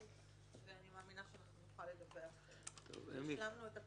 ואני מאמינה שנוכל לדווח על השלמת העבודה.